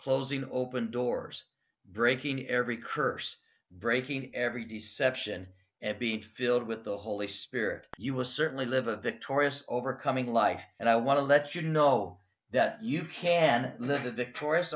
closing open doors breaking every curse breaking every deception and be filled with the holy spirit you will certainly live a victorious overcoming life and i want to let you know that you can li